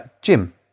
Jim